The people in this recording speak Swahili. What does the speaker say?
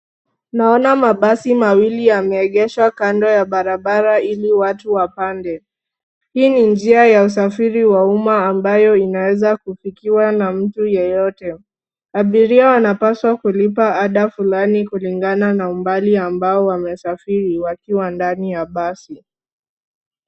Naona mabasi mawili yameegeshwa kando ya barabara ili watu wapande. Hiii njia ya usafiri wa umma ambayo inaweza kufikiwa na mtu yeyote. Abiria wanapaswa kulipa ada fulani kulingana na umbali ambao wanasafiri wakiwa ndani ya basi.